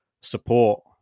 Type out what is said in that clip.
support